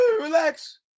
relax